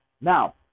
Now